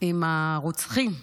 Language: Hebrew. עם הרוצחים,